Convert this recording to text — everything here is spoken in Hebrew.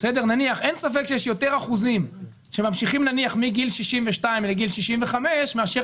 אין ספק שיש יותר אחוזים שממשיכים נניח מגיל 62 לגיל 65 מאשר